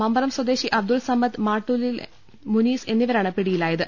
മമ്പറം സ്വദേശി അബ്ദുൾ സമദ് മാട്ടൂലിലെ മുനീസ് എന്നിവരാണ് പിടിയിലായത്